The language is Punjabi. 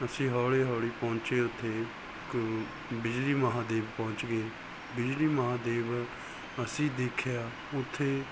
ਅਸੀਂ ਹੌਲੀ ਹੌਲੀ ਪਹੁੰਚੇ ਉੱਥੇ ਬਿਜਲੀ ਮਹਾਦੇਵ ਪਹੁੰਚ ਗਏ ਬਿਜਲੀ ਮਹਾਦੇਵ ਅਸੀਂ ਦੇਖਿਆ ਉੱਥੇ